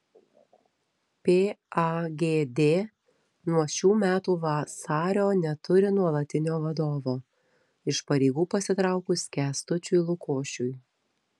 pagd nuo šių metų vasario neturi nuolatinio vadovo iš pareigų pasitraukus kęstučiui lukošiui